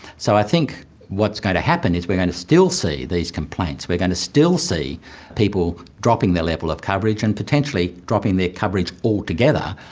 so i think what's going to happen is we are going to still see these complaints, we are going to still see people dropping their level of coverage and potentially dropping their coverage altogether,